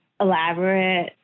elaborate